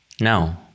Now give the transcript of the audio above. no